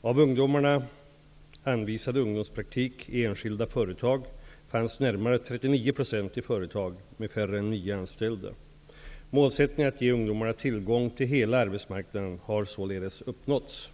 Av ungdomarna anvisade ungdomspraktik i enskilda företag fanns närmare 39 % i företag med färre än nio anställda. Målsättningen att ge ungdomarna tillgång till hela arbetsmarknaden har således uppnåtts.